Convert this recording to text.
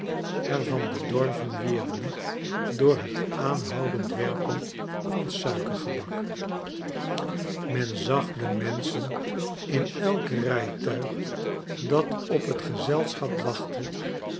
er van bedorven wierden door het aanhoudend werpen van suikergebak men zag de menschen in elk rijtuig dat op het gezelschap wachtte